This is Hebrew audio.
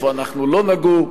איפה אנחנו לא נגור.